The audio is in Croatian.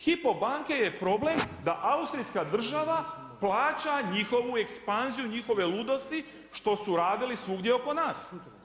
Hypo banke je problem, da austrijska država plaća njihovu ekspanziju, njihove ludosti, što su radili svugdje oko nas.